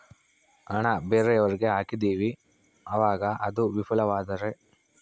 ಹಣ ಬೇರೆಯವರಿಗೆ ಹಾಕಿದಿವಿ ಅವಾಗ ಅದು ವಿಫಲವಾದರೆ?